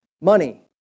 Money